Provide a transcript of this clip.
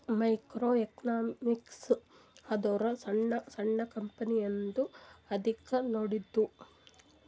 micro economics ಅಂದುರ್ ಸಣ್ಣು ಸಣ್ಣು ಕಂಪನಿದು ಅರ್ಥಿಕ್ ನೋಡದ್ದು